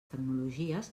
tecnologies